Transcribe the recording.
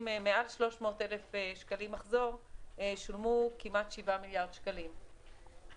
במחזור של מעל 300,000 שקלים שולמו כמעט 7 מיליארד שקלים.